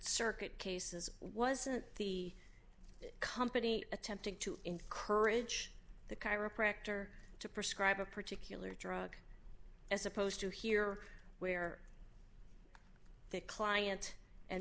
circuit cases wasn't the company attempting to encourage the chiropractor to prescribe a particular drug as opposed to here where the client and